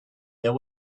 there